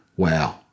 Wow